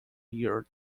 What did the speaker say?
year